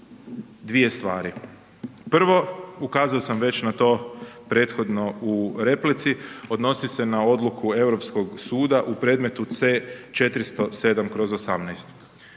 dvije stvari, prvo ukazao sam već na to prethodno u replici, odnosi se na odluku europskog suda u predmetu C407/18.